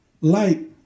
light